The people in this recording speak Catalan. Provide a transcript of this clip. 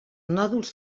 nòduls